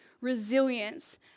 resilience